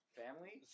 family